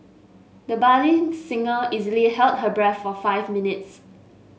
the budding singer easily held her breath for five minutes